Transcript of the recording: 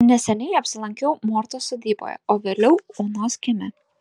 neseniai apsilankiau mortos sodyboje o vėliau onos kieme